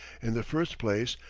in the first place,